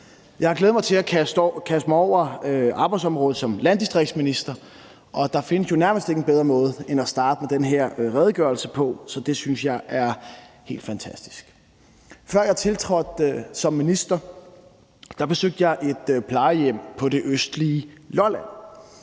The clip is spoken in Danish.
Jeg har glædet mig til at kaste mig over arbejdsområdet som landdistriktsminister, og der findes jo nærmest ikke en bedre måde end at starte med den her redegørelse. Det synes jeg er helt fantastisk. Før jeg tiltrådte som minister, besøgte jeg et plejehjem på det østlige Lolland.